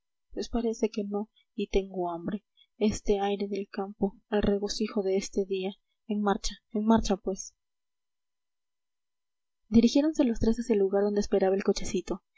pues parece que no y tengo hambre este aire del campo el regocijo de este día en marcha en marcha pues dirigiéronse los tres hacia el lugar donde esperaba el cochecito